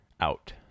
out